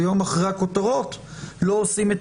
ויום אחרי הכותרות לא עושים את